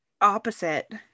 Opposite